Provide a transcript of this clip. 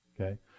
Okay